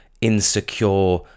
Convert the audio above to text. Insecure